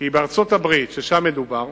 כי בארצות-הברית, שבה מדובר,